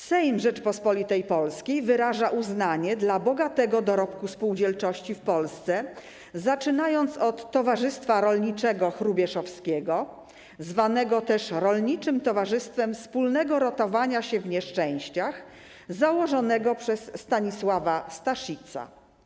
Sejm Rzeczypospolitej Polskiej wyraża uznanie dla bogatego dorobku spółdzielczości w Polsce, zaczynając od Towarzystwa Rolniczego Hrubieszowskiego, zwanego też Rolniczym Towarzystwem Wspólnego Ratowania się w Nieszczęściach, założonego przez Stanisława Staszica.